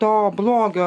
to blogio